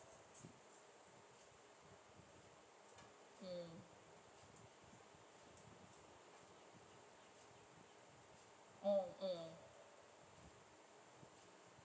mm mm mm